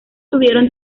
tuvieron